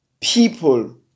people